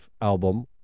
album